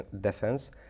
defense